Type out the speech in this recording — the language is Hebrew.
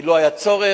כי לא היה צורך,